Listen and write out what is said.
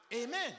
Amen